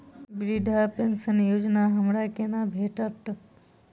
वृद्धा पेंशन योजना हमरा केना भेटत?